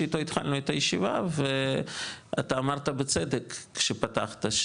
שאיתו התחלנו את הישיבה ואתה אמרת בצדק כשפתחת,